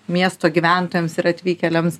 miesto gyventojams ir atvykėliams